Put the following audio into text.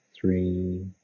Three